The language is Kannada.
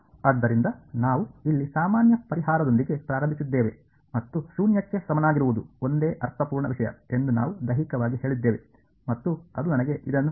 ಆದ್ದರಿಂದ ನಾವು ಇಲ್ಲಿ ಸಾಮಾನ್ಯ ಪರಿಹಾರದೊಂದಿಗೆ ಪ್ರಾರಂಭಿಸಿದ್ದೇವೆ ಮತ್ತು ಶೂನ್ಯಕ್ಕೆ ಸಮನಾಗಿರುವುದು ಒಂದೇ ಅರ್ಥಪೂರ್ಣ ವಿಷಯ ಎಂದು ನಾವು ದೈಹಿಕವಾಗಿ ಹೇಳಿದ್ದೇವೆ ಮತ್ತು ಅದು ನನಗೆ ಇದನ್ನು ನೀಡುತ್ತದೆ